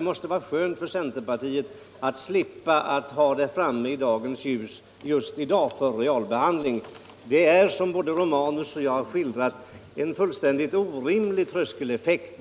måste det vara skönt för centerpartiet att slippa ha det framme i dagens ljus för realbehandling just nu. Som både herr Romanus och jag har skildrat leder förslaget till en fullständigt orimlig tröskeleffekt.